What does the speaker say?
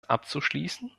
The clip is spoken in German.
abzuschließen